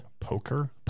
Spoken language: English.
Poker